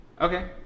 Okay